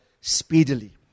speedily